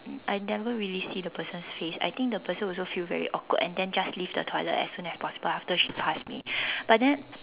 I never really see the person's face I think the person also feel very awkward and then just leave the toilet as soon as possible after she passed me but then